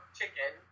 chicken